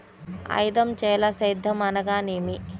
ఐదంచెల సేద్యం అనగా నేమి?